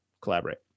collaborate